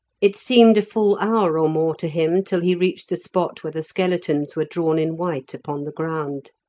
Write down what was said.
it seemed a full hour or more to him till he reached the spot where the skeletons were drawn in white upon the ground.